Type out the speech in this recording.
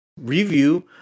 review